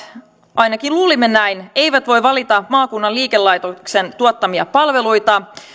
ainakin luulimme näin eivät voi valita maakunnan liikelaitoksen tuottamia palveluita